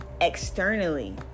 externally